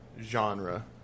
genre